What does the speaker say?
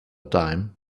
dime